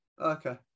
Okay